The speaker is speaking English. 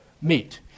meet